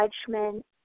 judgment